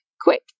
quick